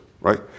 right